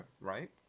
right